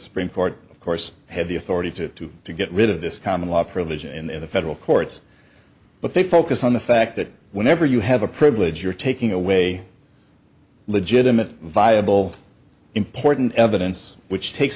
supreme court of course had the authority to to get rid of this common law provision in the federal courts but they focus on the fact that whenever you have a privilege you're taking away legitimate viable important evidence which takes